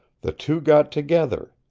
the two got together.